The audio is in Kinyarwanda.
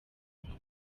bwite